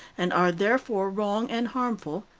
and are therefore wrong and harmful,